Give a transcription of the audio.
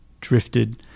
drifted